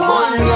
one